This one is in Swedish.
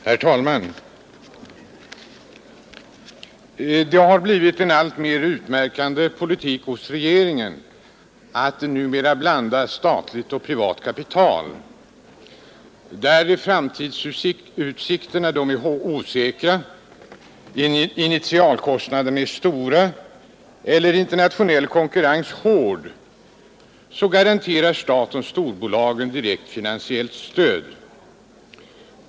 Herr talman! Det har blivit en alltmer utmärkande politik hos regeringen att blanda statligt och privat kapital. Där framtidsutsikterna är osäkra, initialkostnaderna stora eller internationell konkurrens hård garanterar staten storbolagen direkt finansiellt stöd.